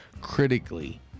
critically